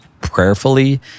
prayerfully